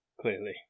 clearly